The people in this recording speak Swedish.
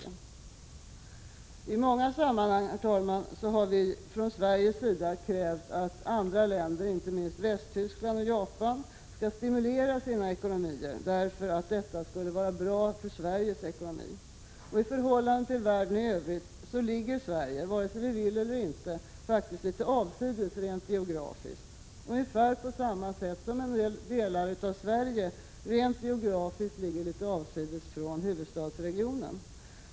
Herr talman! Vi har i många sammanhang från Sveriges sida krävt att andra länder, inte minst Västtyskland och Japan, skall stimulera sina ekonomier därför att detta skulle vara bra för Sveriges ekonomi. I förhållande till världen i övrigt ligger Sverige, vare sig vi vill eller inte, faktiskt litet avsides rent geografiskt, ungefär på samma sätt som vissa delar av Sverige rent geografiskt ligger litet avsides från huvudstadsregionen.